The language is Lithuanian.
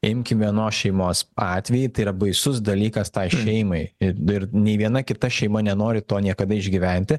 imkim vienos šeimos atvejį tai yra baisus dalykas tai šeimai ir ir nei viena kita šeima nenori to niekada išgyventi